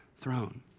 throne